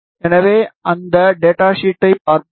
எனவே அந்த டேட்டா ஷீட்டைப் பார்ப்போம்